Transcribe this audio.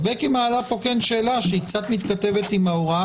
בקי מעלה פה שאלה שהיא מתכתבת עם ההוראה